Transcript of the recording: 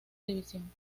división